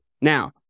Now